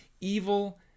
evil